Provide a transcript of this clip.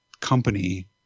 company